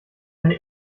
eine